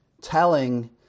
telling